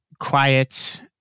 quiet